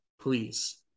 please